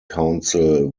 council